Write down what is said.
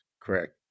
Correct